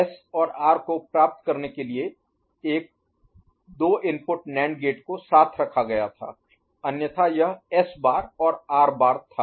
S और R को प्राप्त करने के लिए एक 2 इनपुट NAND गेट को साथ रखा गया था अन्यथा यह S बार और R बार था